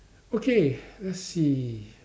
okay let's see